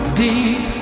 deep